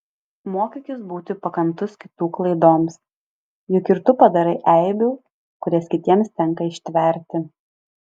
mokykis būti pakantus kitų klaidoms juk ir tu padarai eibių kurias kitiems tenka ištverti